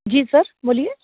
जी sir बोलिए